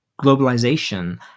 globalization